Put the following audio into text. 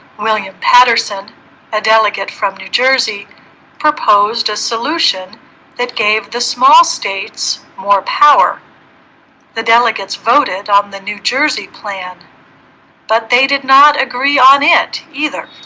william paterson a delegate from new jersey proposed a solution that gave the small states more power the delegates voted on the new jersey plan but they did not agree on it either